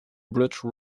bridge